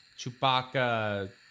chewbacca